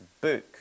book